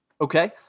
okay